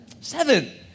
Seven